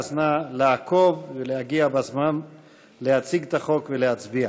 אז נא לעקוב ולהגיע בזמן להציג את החוק ולהצביע.